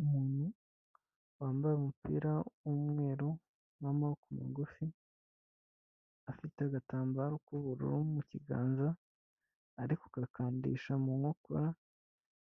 Umuntu wambaye umupira w'umweru w'amaboko magufi, afite agatambaro k'ubururu mu kiganza, ari kugakandisha mu nkokora,